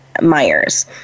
Myers